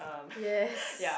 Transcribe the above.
yes